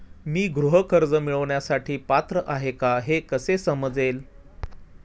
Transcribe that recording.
मी गृह कर्ज मिळवण्यासाठी पात्र आहे का हे कसे समजेल?